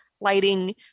lighting